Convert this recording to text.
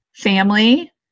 Family